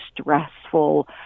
stressful